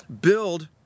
Build